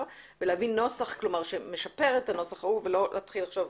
ולהביא נוסח שמשפר את הנוסח ההוא ולא להתחיל עכשיו